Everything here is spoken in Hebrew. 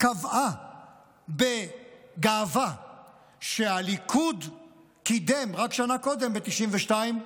קבעה בגאווה שהליכוד קידם רק שנה קודם, ב-1992,